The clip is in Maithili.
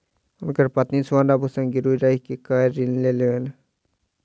हुनकर पत्नी स्वर्ण आभूषण गिरवी राइख कअ ऋण लेलैन